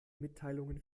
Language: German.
mitteilungen